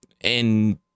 and-